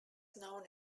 known